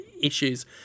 issues